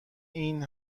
این